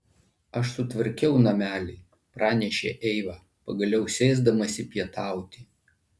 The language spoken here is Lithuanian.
aš sutvarkiau namelį pranešė eiva pagaliau sėsdamasi pietauti